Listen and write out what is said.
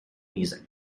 music